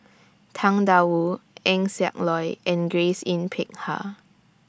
Tang DA Wu Eng Siak Loy and Grace Yin Peck Ha